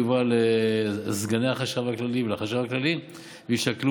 יובא לסגני החשב הכללי ולחשב הכללי ויישקל,